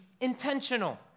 intentional